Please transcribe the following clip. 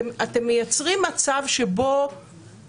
אתם מייצרים מצב שבו